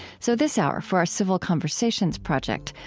so this hour, for our civil conversations project,